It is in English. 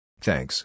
Thanks